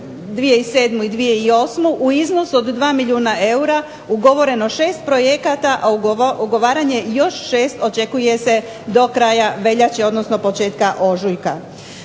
2007. i 2008. u iznosu od 2 milijuna eura ugovoreno 6 projekata a ugovaranje još 6 očekuje se do kraja veljače odnosno početka ožujka.